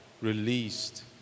released